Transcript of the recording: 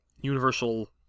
Universal